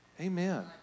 Amen